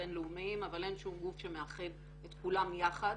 בין-לאומיים אבל אין שום גוף שמאחד את כולם יחד.